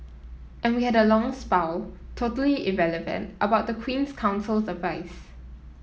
and we had a long spiel totally irrelevant about the Queen's Counsel's advice